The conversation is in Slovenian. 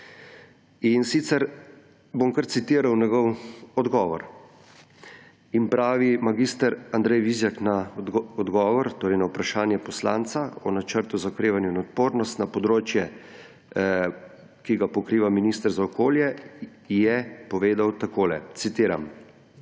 zadevajo. Bom kar citiral njegov odgovor in pravi mag. Andrej Vizjak na odgovor, to je na vprašanje poslanca o Načrtu za okrevanje in odpornost s področja, ki ga pokriva minister za okolje, je povedal takole, citiram: